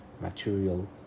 material